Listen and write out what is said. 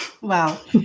Wow